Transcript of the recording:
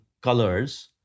colors